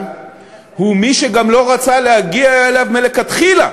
הוא מי שגם לא רצה להגיע אליו מלכתחילה.